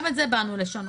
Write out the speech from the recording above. גם את זה באנו לשנות.